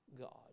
God